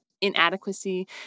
inadequacy